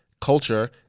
culture